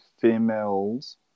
females